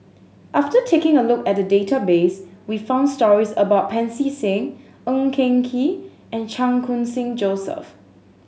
after taking a look at the database we found stories about Pancy Seng Ng Eng Kee and Chan Khun Sing Joseph